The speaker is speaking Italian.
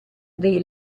dei